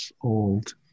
old